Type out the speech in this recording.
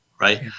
right